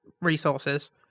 resources